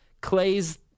Clay's